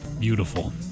Beautiful